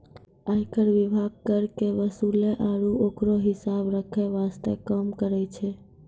आयकर विभाग कर के वसूले आरू ओकरो हिसाब रख्खै वास्ते काम करै छै